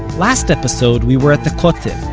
last episode we were at the kotel,